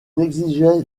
exigeait